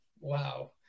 wow